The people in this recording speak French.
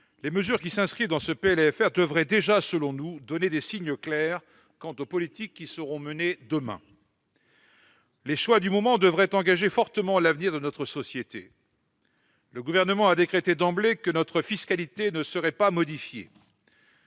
les mesures qui s'inscrivent dans ce PLFR devraient déjà, selon nous, donner des signes clairs quant aux politiques qui seront menées demain. Les choix du moment devraient engager fortement l'avenir de notre société. Le Gouvernement a décrété d'emblée que notre fiscalité ne serait pas modifiée.